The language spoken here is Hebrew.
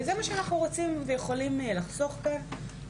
וזה מה שאנחנו רוצים ויכולים לחסוך כאן.